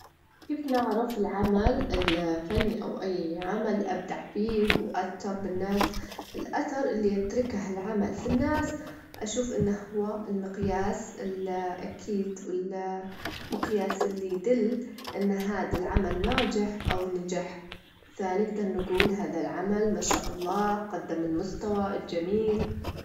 الكلب يحتاج على الأقل من تلاتين دجيجة لساعة يوميًا من التمارين، سوا كان ماشي، أو أو كان لعب، لكن بعض السلالات تحتاج تمارين اكتر عشان يحافظون على نشاطهم، علشان يحافظون على صحتهم تكون جوية.